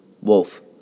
Wolf